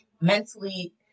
mentally